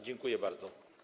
Dziękuję bardzo.